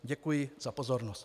Děkuji za pozornost.